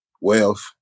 wealth